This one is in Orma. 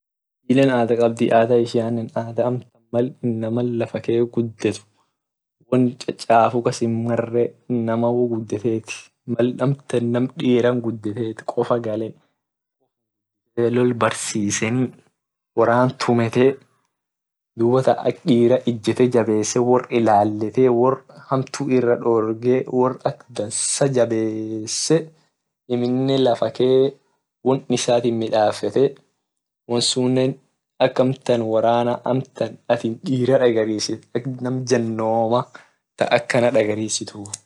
Ada kabdi ada ishiane mal inama lafa kee guded won chafu kas hinmar inama wo gugetee amtan mal amtan nam diran gudet kofa gale lol barsiseni woran tumete dubatan ak dira ijete jabese wor ilaltete wor, wor hamtu ira dorge wor ak dansa jabese amine lafa kee won isa midafete won sune ak amtan woran nam janoma ka akan dagarsit.